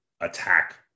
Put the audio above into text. attack